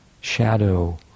shadow